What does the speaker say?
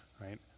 right